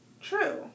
True